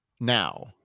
Now